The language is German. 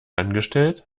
angestellt